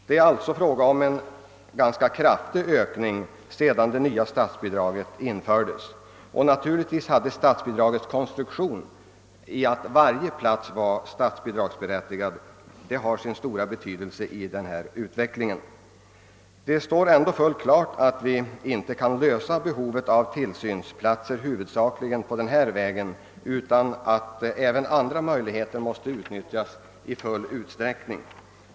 Det är sålunda en ganska kraftig ökning som skett sedan det nya statsbidraget infördes, och givetvis har statsbidragets konstruktion, att varje plats är statsbidragsberättigad, haft sin stora betydelse för utvecklingen. Men klart står ändå att vi inte kan tillgodose behovet av tillsynsplatser på den vägen. även andra möjligheter måste utnyttjas i full utsträckning.